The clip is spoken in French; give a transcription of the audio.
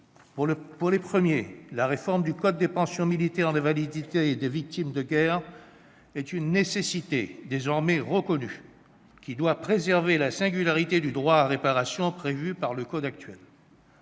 des premiers, la réforme du code des pensions militaires d'invalidité et des victimes de guerre est une nécessité désormais reconnue, qui doit préserver la singularité du droit à réparation prévue par le code actuel.